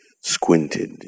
squinted